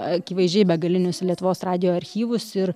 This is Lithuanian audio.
akivaizdžiai begalinius lietuvos radijo archyvus ir